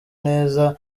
neza